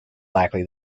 likely